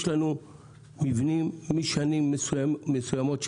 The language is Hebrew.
יש לנו מבנים משנים מסוימות,